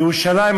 בירושלים,